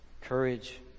courage